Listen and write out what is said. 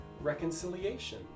reconciliation